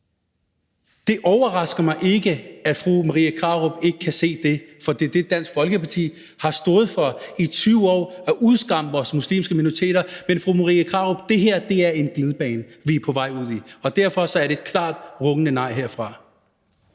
Det overrasker mig ikke, at fru Marie Krarup ikke kan se det, for det er det, Dansk Folkeparti har stået for i 20 år, nemlig at udskamme vores muslimske minoriteter, men det her er en glidebane, vi er på vej ud ad, fru Marie Krarup, og derfor er det et klart og rungende nej herfra.